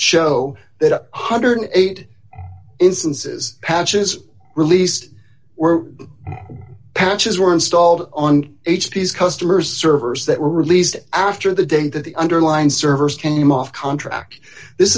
show that a one hundred and eight instances patches released were patches were installed on h p s customers servers that were released after the date that the underlined servers came off contract this